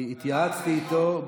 אני התייעצתי איתו.